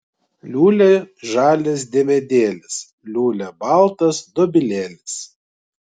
liūlia žalias diemedėlis liūlia baltas dobilėlis